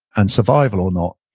and survival or not.